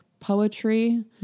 poetry